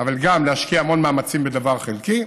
אבל גם להשקיע המון מאמצים בדבר חלקי.